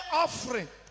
offering